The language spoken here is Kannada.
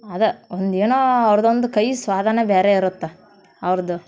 ಅದು ಒಂದು ಏನೋ ಅವ್ರ್ದು ಒಂದು ಕೈ ಸ್ವಾದನೇ ಬೇರೆ ಇರುತ್ತೆ ಅವ್ರದ್ದು